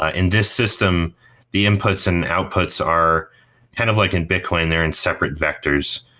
ah in this system the inputs and outputs are kind of like in bitcoin there in separate vectors.